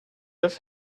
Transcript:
have